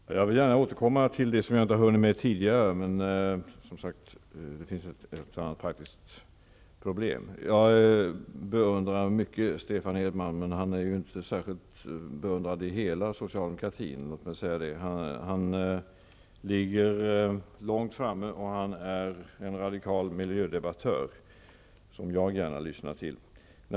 Herr talman! Jag vill gärna återkomma till det som jag inte har hunnit med tidigare, men det finns som sagt ett och annat praktiskt problem. Jag beundrar Stefan Edman mycket, men han är inte särskilt beundrad inom hela socialdemokratin. Han ligger långt fram, och han är en radikal miljödebattör som jag gärna lyssnar till.